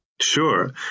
Sure